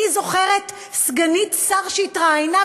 אני זוכרת סגנית שר שהתראיינה,